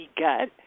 gut